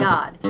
God